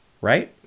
Right